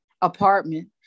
apartment